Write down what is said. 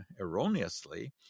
erroneously